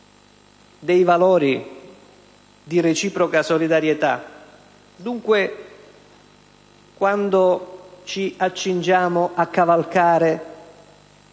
dei valori di reciproca solidarietà. Dunque, quando ci accingiamo a cavalcare